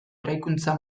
eraikuntza